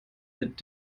mit